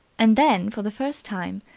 and then, for the first time,